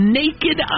naked